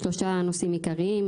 יש שלושה נושאים עיקריים.